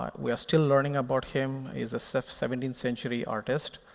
um we are still learning about him. he's a seventeenth century artist.